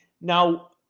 Now